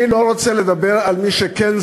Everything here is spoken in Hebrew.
אני לא רוצה לדבר על מי שזכאי,